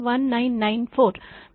50